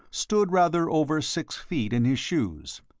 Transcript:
stood rather over six feet in his shoes.